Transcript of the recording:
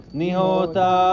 nihota